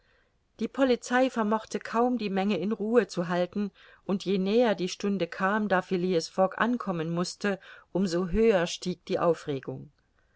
die polizei vermochte kaum die menge in ruhe zu halten und je näher die stunde kam da phileas fogg ankommen mußte um so höher stieg die aufregung